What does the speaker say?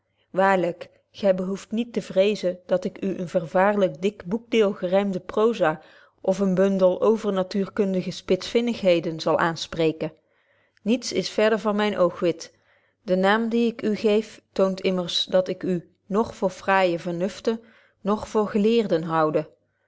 waarlyk gy behoeft niet te vrezen dat ik u een vervaarlyk dik boekdeel gerymde proza of een bundel overnatuurkundige spitsvinnigheden zal aanpreken niets is verder van myn oogwit de naam dien ik u geef toont immers dat ik u noch voor fraaije vernuften noch voor geleerden koude